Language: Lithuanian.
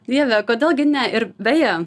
dieve kodėl gi ne ir beje